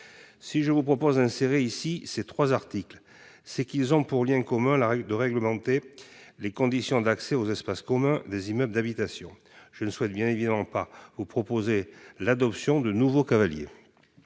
Si je vous propose d'insérer ici ces trois articles, c'est qu'ils présentent tous la caractéristique de réglementer les conditions d'accès aux parties communes des immeubles d'habitation. Je ne souhaite bien évidemment pas vous inciter à l'adoption de nouveaux cavaliers.